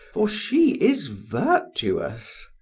for she is virtuous.